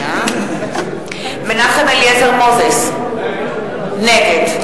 נגד מנחם אליעזר מוזס, נגד